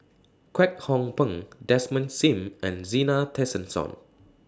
Kwek Hong Png Desmond SIM and Zena Tessensohn